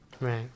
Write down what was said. Right